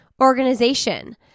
organization